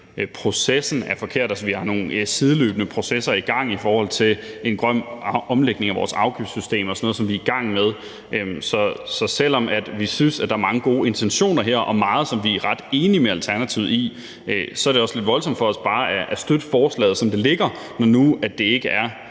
processen er forkert. Vi har nogle sideløbende processer i gang i forhold til en grøn omlægning af vores afgiftssystem og sådan noget, som vi er i gang med. Så selv om vi synes, at der her er mange gode intentioner og meget, som vi er ret enige med Alternativet i, så er det også lidt voldsomt for os bare at støtte forslaget, som det ligger, når det nu for